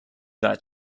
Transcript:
that